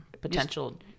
potential